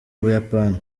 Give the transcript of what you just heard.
buyapani